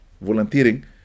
volunteering